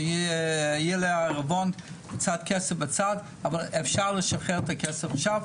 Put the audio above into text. שיהיה כערבון קצת כסף בצד אבל אפשר לשחרר את הכסף עכשיו.